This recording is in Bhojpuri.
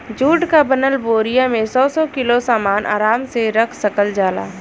जुट क बनल बोरिया में सौ सौ किलो सामन आराम से रख सकल जाला